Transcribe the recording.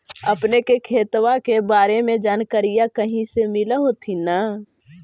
अपने के खेतबा के बारे मे जनकरीया कही से मिल होथिं न?